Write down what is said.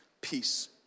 Peace